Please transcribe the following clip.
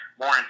more